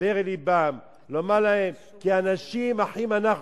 לדבר אל לבם לומר להם כי אנשים אחים אנחנו.